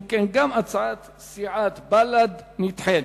אם כן, גם הצעת סיעת בל"ד נדחית.